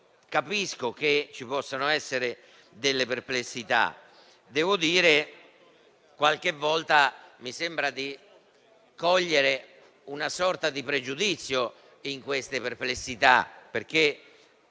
Capisco che ci possano essere talune perplessità. Devo dire che qualche volta mi sembra di cogliere una sorta di pregiudizio in queste perplessità.